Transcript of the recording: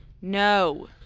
No